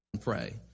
Pray